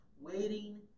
waiting